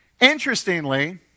Interestingly